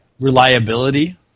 Reliability